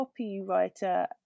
copywriter